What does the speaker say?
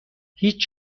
هیچ